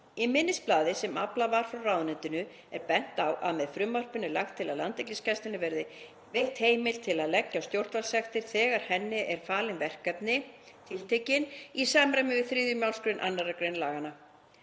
Í minnisblaði sem aflað var frá ráðuneytinu er bent á að með frumvarpinu er lagt til að Landhelgisgæslunni verði veitt heimild til að leggja á stjórnvaldssektir þegar henni eru falin verkefni tiltekin í samræmi við 3. mgr. 2. gr. laganna.